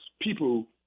people